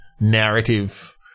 narrative